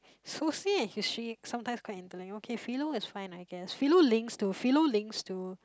Soci and History sometimes quite interlink okay Philo is fine I guess Philo links to Philo links to